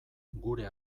gure